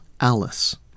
Alice